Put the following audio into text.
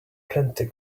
plenty